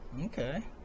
Okay